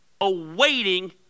awaiting